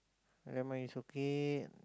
never mind it's okay